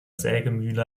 sägemühle